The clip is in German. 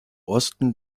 osten